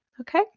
okay